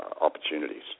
opportunities